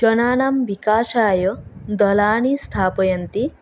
जनानां विकासाय दलानि स्थापयन्ति